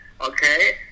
okay